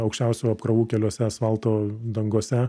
aukščiausių apkrovų keliose asfalto dangose